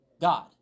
God